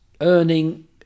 earning